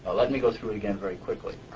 ah let me go through it again very quickly.